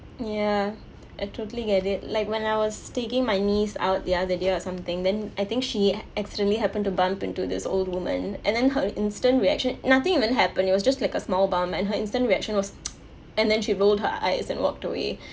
ya I totally get it like when I was taking my niece out the other day or something then I think she accidentally happen to bump into this old woman and then her instant reaction nothing even happen it was just like a small bump and her instant reaction was and then she rolled her eyes and walked away